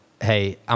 hey